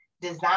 design